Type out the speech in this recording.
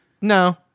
No